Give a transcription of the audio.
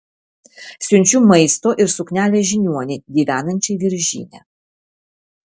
siunčiu maisto ir suknelę žiniuonei gyvenančiai viržyne